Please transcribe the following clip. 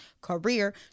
career